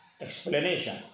Explanation